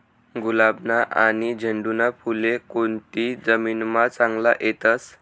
गुलाबना आनी झेंडूना फुले कोनती जमीनमा चांगला येतस?